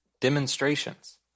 demonstrations